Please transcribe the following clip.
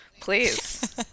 please